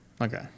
okay